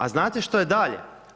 A znate što je dalje?